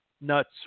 nuts